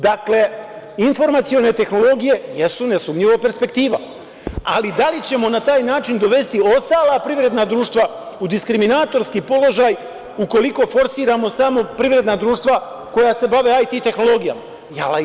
Dakle, informacione tehnologije jesu, ne sumnjivo perspektiva, ali da li ćemo na taj način dovesti ostala privredna društva u diskriminatorski položaj, u koliko forsiramo samo privedena društva koja se bave IT tehnologijama?